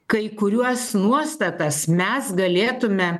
kai kuriuos nuostatas mes galėtume